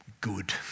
good